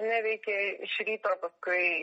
neveikė iš ryto kai